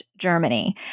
Germany